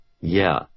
Yeah